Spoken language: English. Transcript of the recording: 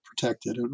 protected